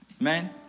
Amen